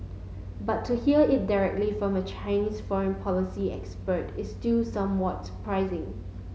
but to hear it directly from a Chinese foreign policy expert is still somewhat surprising